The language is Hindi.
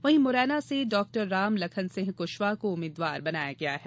वहीं मुरैना से डॉक्टर रामलखनसिंह कुशवाह को उम्मीद्वार बनाया गया है